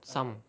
some